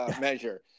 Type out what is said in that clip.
measure